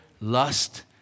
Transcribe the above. lust